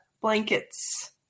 Blankets